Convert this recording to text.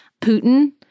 Putin